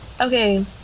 Okay